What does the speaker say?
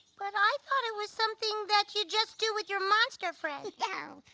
but i thought it was something that you just do with your monster friends. no,